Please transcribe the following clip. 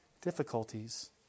difficulties